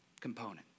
component